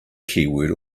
keyword